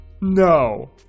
No